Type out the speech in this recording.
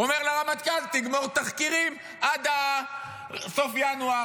אומר לרמטכ"ל: תגמור תחקירים עד סוף ינואר.